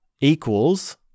equals